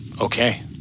Okay